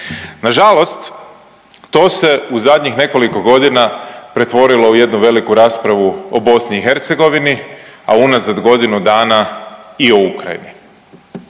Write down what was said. Nažalost to se u zadnjih nekoliko godina pretvorilo u jednu veliku raspravu o BiH, a unazad godinu dana i o Ukrajini.